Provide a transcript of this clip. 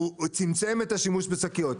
הוא צמצם את השימוש בשקיות,